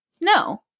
no